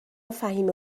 فهیمه